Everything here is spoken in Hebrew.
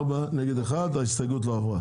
הצבעה ההסתייגות נדחתה.